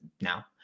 now